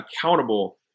accountable